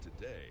today